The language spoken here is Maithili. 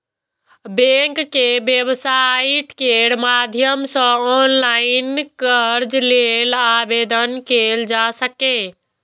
बैंकक वेबसाइट केर माध्यम सं ऑनलाइन कर्ज लेल आवेदन कैल जा सकैए